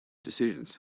decisions